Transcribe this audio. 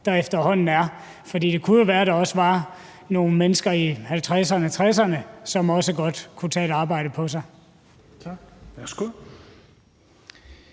der efterhånden er. For det kunne jo være, at der også var nogle mennesker i 50'erne og 60'erne, som også godt kunne tage et arbejde på sig. Kl. 16:47